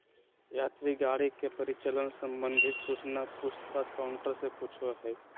यात्री गाड़ी के परिचालन संबंधित सूचना पूछ ताछ काउंटर से पूछो हइ